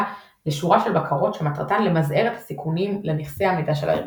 לשורה של בקרות שמטרתן למזער את הסיכונים לנכסי המידע של הארגון.